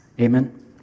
Amen